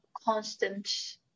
constant